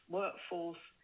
workforce